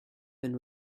been